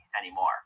anymore